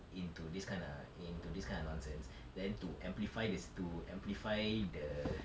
into this kind of into this kind of nonsense then to amplify this to amplify the